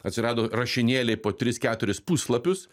atsirado rašinėliai po tris keturis puslapius